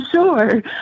Sure